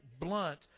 blunt